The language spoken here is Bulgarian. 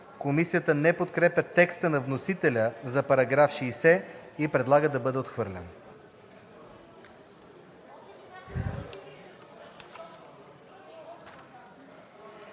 Комисията не подкрепя текста на вносителя за § 60 и предлага да бъде отхвърлен.